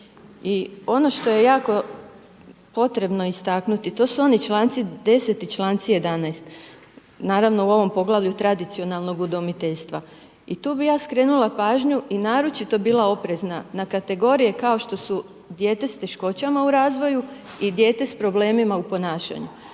I ono što je jako potrebno istaknuti, to su oni članci 10. i članci 11. Naravno u ovom poglavlju tradicionalnog udomiteljstva. I tu bi ja skrenula pažnju i naročito bila oprezna na kategorije kao što su dijete s teškoćama u razvoju i dijete s problemima u ponašanju